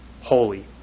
holy